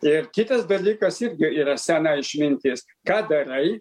ir kitas dalykas irgi yra sena išmintis ką darai